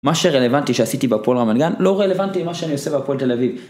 מה שרלוונטי שעשיתי בהפועל רמת גן, לא רלוונטי למה שאני עושה בהפועל תל אביב.